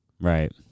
Right